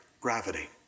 gravity